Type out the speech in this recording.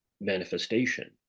manifestation